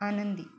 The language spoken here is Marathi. आनंदी